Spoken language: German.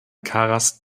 karas